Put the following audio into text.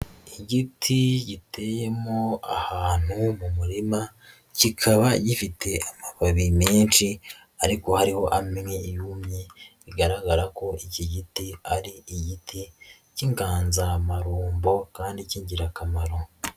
Igiti giteyemo ahantu mu murima, kikaba gifite amababi menshi ariko hariho amwe yumye bigaragara ko iki giti ari igiti cy'inganzamarumbo kandi cy'ingirakamaro.